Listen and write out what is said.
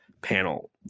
panel